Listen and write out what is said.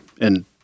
and-